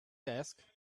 desk